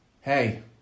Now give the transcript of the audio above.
hey